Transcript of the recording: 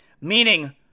Meaning